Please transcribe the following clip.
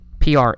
PR